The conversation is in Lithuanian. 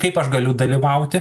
kaip aš galiu dalyvauti